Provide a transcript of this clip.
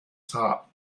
top